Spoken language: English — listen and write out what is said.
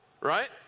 right